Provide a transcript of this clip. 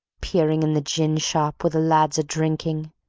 peering in the gin-shop where the lads are drinking,